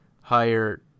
higher